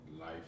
life